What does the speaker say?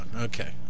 Okay